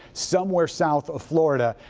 somewhere south of florida.